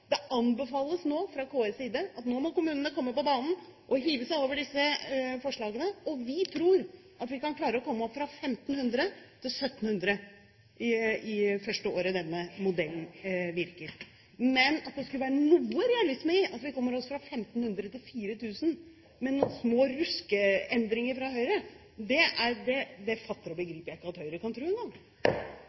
Det anbefales nå fra KS' side at kommunene må komme på banen og hive seg over disse forslagene. Vi tror at vi kan komme opp fra 1 500 til 1 700 i det første året denne modellen virker. Men at det skulle være noen realisme i at vi kommer oss fra 1 500 til 4 000 med noen små ruskeendringer fra Høyre, fatter og begriper jeg ikke at engang Høyre kan tro. Vi får se, da. Elisabeth Aspaker får replikk nr. 2. Det handler om en